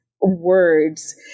words